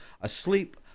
asleep